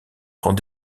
prend